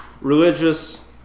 religious